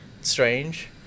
strange